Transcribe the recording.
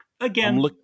Again